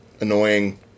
annoying